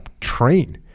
train